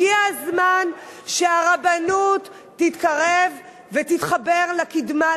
הגיע הזמן שהרבנות תתקרב ותתחבר לקדמה,